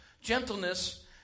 gentleness